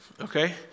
okay